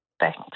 Thanks